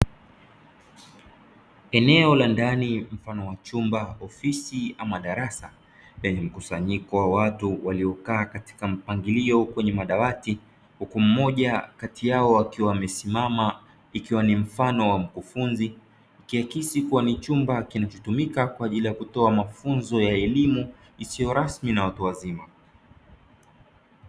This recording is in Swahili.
Eneo la ndani mfano wa chumba, ofisi ama darasa; lenye mkusanyiko wa watu waliokaa katika mpangilio kwenye madawati, huku mmoja kati yao akiwa amesimama ikiwa ni mfano wa mkufunzi; ikiakisi kuwa ni chumba kinachotumika kwa ajili ya kutoa mafunzo ya elimu isiyo rasmi na ya watu wazima.